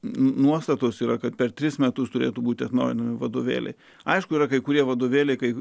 nuostatos yra kad per tris metus turėtų būti atnaujinami vadovėliai aišku yra kai kurie vadovėliai kaip